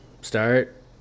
Start